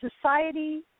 society